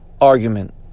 argument